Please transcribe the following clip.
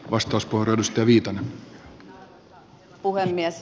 arvoisa herra puhemies